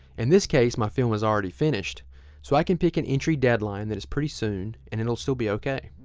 in this case my film was already finished so i can pick an entry deadline that is pretty soon and it'll still be okay,